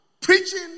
preaching